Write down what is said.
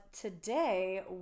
today